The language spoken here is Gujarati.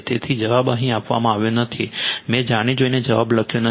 તેથી જવાબ અહીં આપવામાં આવ્યો નથી મેં જાણી જોઈને જવાબ લખ્યો નથી